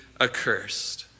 accursed